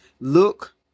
Look